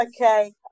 Okay